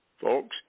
folks